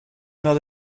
not